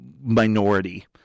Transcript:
minority